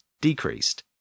decreased